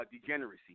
degeneracy